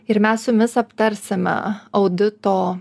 ir mes su jumis aptarsime audito